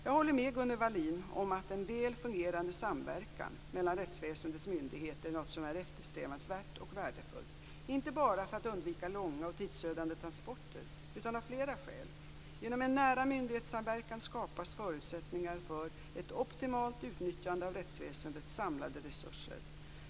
Jag håller med Gunnel Wallin om att en väl fungerande samverkan mellan rättsväsendets myndigheter är något som är eftersträvansvärt och värdefullt, inte bara för att undvika långa och tidsödande transporter, utan av flera skäl. Genom en nära myndighetssamverkan skapas förutsättningar för ett optimalt utnyttjande av rättsväsendets samlade resurser.